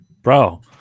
Bro